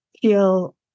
feel